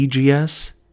EGS